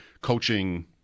coaching